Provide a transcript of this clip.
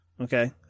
okay